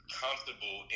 comfortable